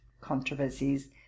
controversies